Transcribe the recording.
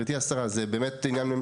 זה באמת עניין,